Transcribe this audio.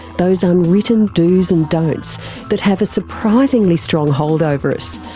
those unwritten do's and don'ts that have a surprisingly strong hold over us,